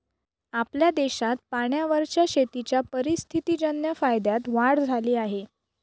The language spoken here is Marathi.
आपल्या देशात पाण्यावरच्या शेतीच्या परिस्थितीजन्य फायद्यात वाढ झाली आहे